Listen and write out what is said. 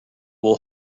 will